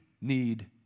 need